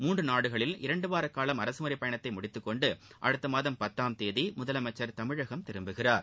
மூன்று நாடுகளில் இரண்டுவார காலம் அரசுமுறை பயணத்தை முடித்துக்கொண்டு அடுத்த மாதம் பத்தாம் தேதி முதலமைச்சர் தமிழகம் திரும்புகிறார்